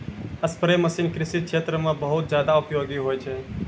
spray machine कृषि क्षेत्र म बहुत जादा उपयोगी होय छै